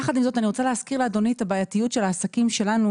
יחד עם זאת אני רוצה להזכיר לאדוני את הבעייתיות של העסקים שלנו